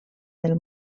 del